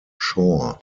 shore